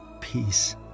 peace